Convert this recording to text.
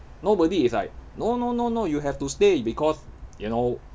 nobody is like no no no no you have to stay because you know